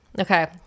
Okay